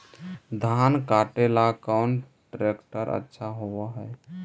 धान कटे ला कौन ट्रैक्टर अच्छा होबा है?